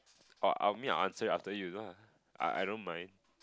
oh I mean answer after you lah I don't mind